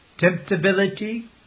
temptability